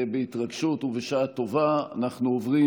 בהתרגשות ובשעה טובה אנחנו עוברים